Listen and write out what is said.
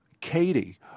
Katie